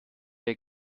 der